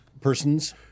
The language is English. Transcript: persons